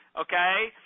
okay